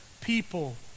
people